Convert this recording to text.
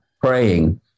praying